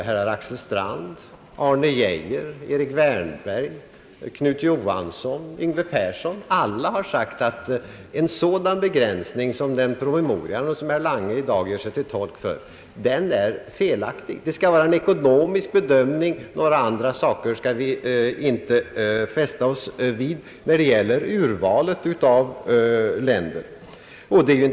Herrar Axel Strand, Arne Geijer, Erik Wärnberg, Knut Johansson och Yngve Persson, alla har sagt att en sådan begränsning som framgår av den promemoria som herr Lange i dag gör sig till tolk för är felaktig. Det skall vara en ekonomisk bedömning. Några andra saker skall vi inte fästa oss vid när det gäller urvalet av länder.